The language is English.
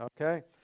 okay